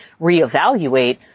reevaluate